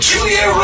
Julia